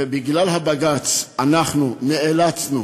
ובגלל הבג"ץ אנחנו נאלצנו